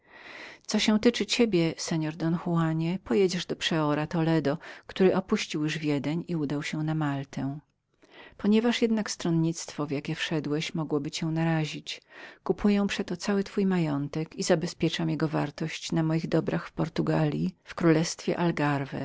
co się tyczy ciebie seor don juanie pojedziesz do przeora toledo który opuścił już wiedeń i udał się na maltę ponieważ jednak stronnictwo w jakie weszłeś mogłoby cię narazić kupuję przeto cały twój majątek i zabezpieczam jego wartość na moich dobrach w portugalji w królestwie